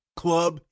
club